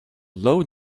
low